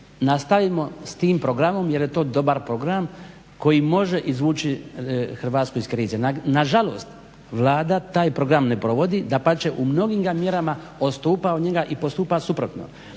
nastavimo s tim programom jer je to dobar program koji može izvući Hrvatsku iz krize. Nažalost, Vlada taj program ne provodi, dapače u mnogim mjerama odstupa od njega i postupa suprotno.